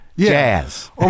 jazz